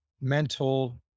mental